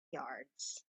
yards